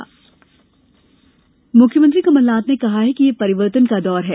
कर्मचारी सम्मान मुख्यमंत्री कमल नाथ ने कहा है कि यह परिवर्तन का दौर है